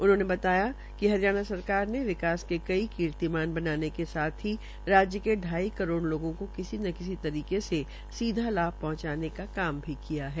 उन्होंने बताया कि हरियाणा सरकार ने विकास के कई कीर्तिमान बनाने के साथ ही राज्य के ढाई करोड़ लोगों को किसी न किसी तरीके से सीधा लाभ पहंचाने का काम भी किया है